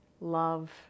love